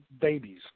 babies